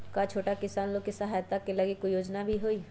का छोटा किसान लोग के खेती सहायता के लगी कोई योजना भी हई?